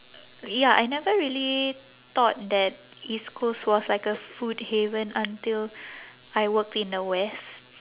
ya I never really thought that east coast was like a food haven until I worked in the west